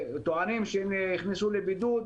טוענים שהם נכנסו לבידוד,